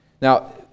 Now